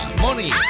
Money